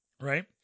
Right